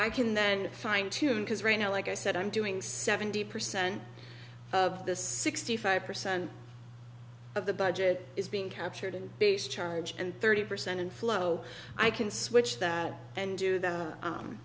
i can then fine tune because right now like i said i'm doing seventy percent of the sixty five percent of the budget is being captured in base charge and thirty percent in flow i can switch that and do th